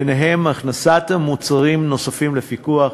בהם הכנסת מוצרים נוספים לפיקוח.